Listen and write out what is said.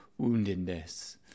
woundedness